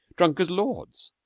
drunk as lords!